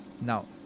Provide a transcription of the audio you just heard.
Now